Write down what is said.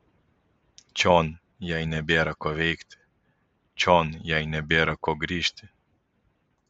čion jai nebėra ko veikti čion jai nebėra ko grįžti